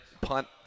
punt